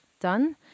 done